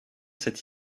cette